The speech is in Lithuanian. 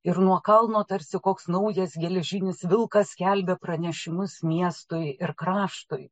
ir nuo kalno tarsi koks naujas geležinis vilkas skelbia pranešimus miestui ir kraštui